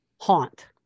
haunt